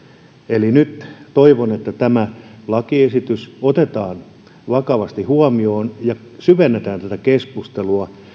eli nyt toivon että tämä lakiesitys otetaan vakavasti huomioon ja syvennetään tätä keskustelua